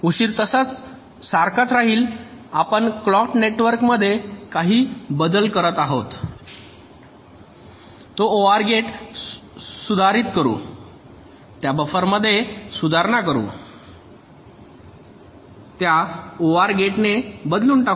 उशीर तसाच सारखा राहील आपण क्लॉक नेटवर्कमध्ये काही बदल करत आहोत तो ओआर गेट सुधारित करु त्या बफरमध्ये सुधारणा करु त्यास ओआर गेटने बदलून टाकू